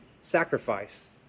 sacrifice